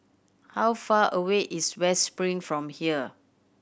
how far away is West Spring from here